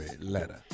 Letter